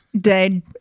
dead